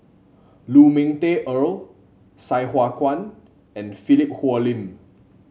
Lu Ming Teh Earl Sai Hua Kuan and Philip Hoalim